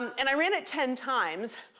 and i ran it ten times.